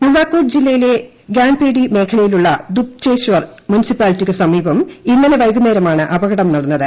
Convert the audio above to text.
നുവാകോട്ട് ജില്ലയിലെ ഗ്യാൻപേഡി മേഖലയിലുള്ള ദുപ്ചേശ്വർ മുനിസിപ്പാലിറ്റിക്കു സമീപം ഇന്നലെ വൈകുന്നേരമാണ് അപകടം നടന്നത്